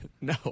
No